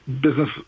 business